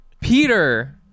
Peter